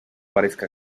parezca